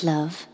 Love